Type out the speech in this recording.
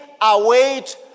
await